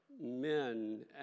men